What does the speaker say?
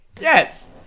Yes